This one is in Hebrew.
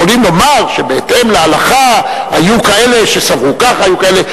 יכולים לומר שבהתאם להלכה היו כאלה שסברו ככה והיו כאלה,